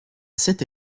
cette